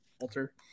alter